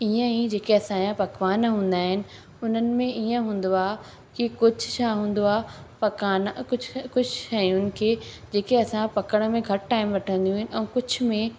ईअं ई जेके असांजा पकवान हूंदा आहिनि उन्हनि में ईअं हूंदो आहे की कुझु छा हूंदो आहे पकवान कुझु कुझु शयुनि खे जेके असां पकाइण में घटि टाइम वठंदियूं आहिनि ऐं कुझु में